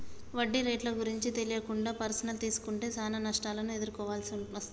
వడ్డీ రేట్లు గురించి తెలియకుండా పర్సనల్ తీసుకుంటే చానా నష్టాలను ఎదుర్కోవాల్సి వస్తది